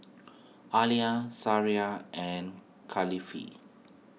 Alya Syirah and Kalifi